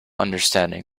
understanding